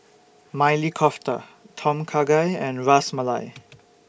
Maili Kofta Tom Kha Gai and Ras Malai